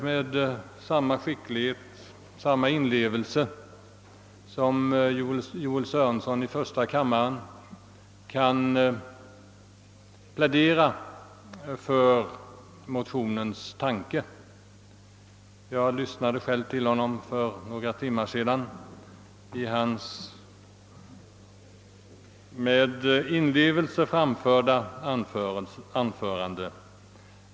För några timmar sedan lyss nade jag på Joel Sörensons anförande rörande tanken bakom motionerna, och jag beklagar att jag inte kan tala med samma skicklighet och inlevelse som han då gjorde i första kammaren.